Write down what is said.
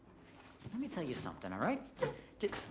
let me tell you something, all right?